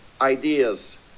ideas